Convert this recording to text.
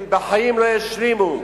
הם בחיים לא ישלימו.